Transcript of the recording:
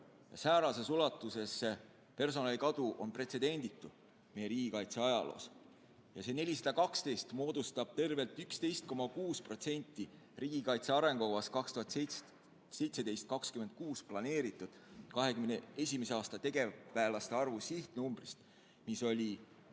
Säärases ulatuses personalikadu on pretsedenditu meie riigikaitse ajaloos ja see 412 moodustab tervelt 11,6% riigikaitse arengukavas 2017–2026 planeeritud 2021. aasta tegevväelaste arvu sihtnumbrist, mis oli